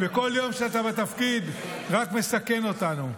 וכל יום שאתה בתפקיד רק מסכן אותנו.